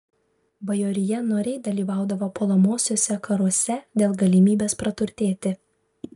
bajorija noriai dalyvaudavo puolamuosiuose karuose dėl galimybės praturtėti